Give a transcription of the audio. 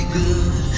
good